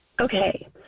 Okay